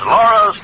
Laura